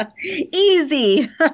easy